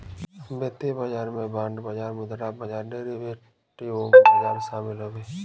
वित्तीय बाजार में बांड बाजार मुद्रा बाजार डेरीवेटिव बाजार शामिल हउवे